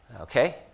Okay